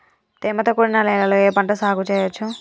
తేమతో కూడిన నేలలో ఏ పంట సాగు చేయచ్చు?